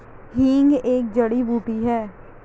हींग एक जड़ी बूटी है